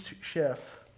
chef